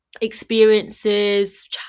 experiences